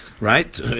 Right